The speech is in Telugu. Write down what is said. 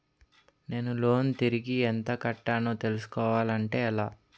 నేను లోన్ తిరిగి ఎంత కట్టానో తెలుసుకోవాలి అంటే ఎలా?